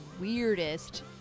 weirdest